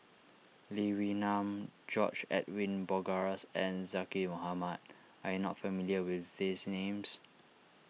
Lee Wee Nam George Edwin Bogaars and Zaqy Mohamad are you not familiar with these names